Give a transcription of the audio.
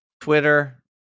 Twitter